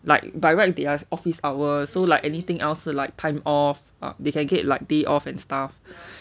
like by right the office hour so like anything else like time off or they can get like day off and stuff